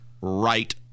right